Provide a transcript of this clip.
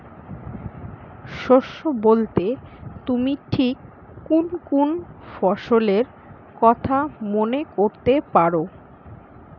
শস্য বোলতে তুমি ঠিক কুন কুন ফসলের কথা মনে করতে পার?